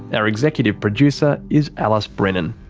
and our executive producer is alice brennan.